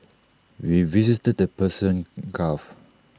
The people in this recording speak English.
we visited the Persian gulf